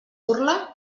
burla